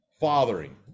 Fathering